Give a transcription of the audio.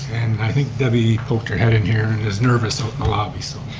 i think debbie poked her head in here, and is nervous out in the lobby. so